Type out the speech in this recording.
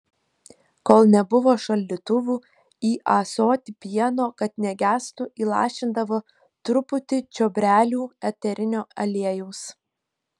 kol nebuvo šaldytuvų į ąsotį pieno kad negestų įlašindavo truputį čiobrelių eterinio aliejaus